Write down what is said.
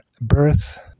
birth